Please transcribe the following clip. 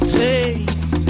taste